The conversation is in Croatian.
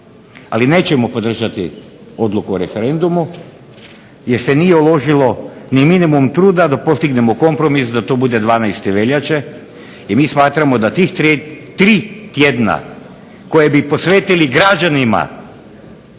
ali nećemo podržati odluku o referendumu jer se nije uložilo niti minimum truda da postignemo kompromis da to bude 12. veljače i mi smatramo da tih tri tjedna koje bi posvetili građanima